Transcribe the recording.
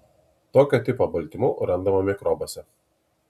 tokio tipo baltymų randama mikrobuose